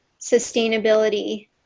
sustainability